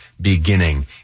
Beginning